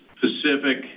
Pacific